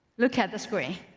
look at the screen.